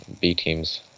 B-teams